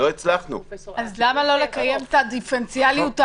אז למה לא לקיים את הדיפרנציאליות ההפוכה.